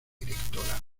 directora